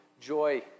Joy